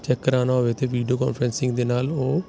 check ਕਰਵਾਉਣਾ ਹੋਵੇ ਤਾਂ ਵੀਡੀਓ ਕਾਨਫਰਸਿੰਗ ਦੇ ਨਾਲ ਉਹ